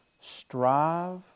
strive